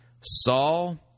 Saul